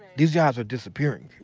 these jobs were disappearing.